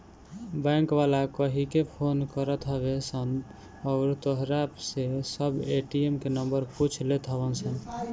bank वाला कहिके phone करत हवे सन अउरी तोहरा से सब ए.टी.एम के नंबर पूछ लेत हवन सन